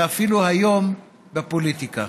ואפילו היום בפוליטיקה.